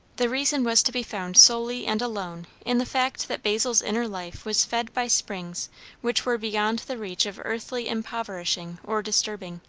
the reason was to be found solely and alone in the fact that basil's inner life was fed by springs which were beyond the reach of earthly impoverishing or disturbing.